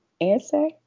answer